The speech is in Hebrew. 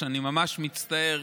ואני ממש מצטער,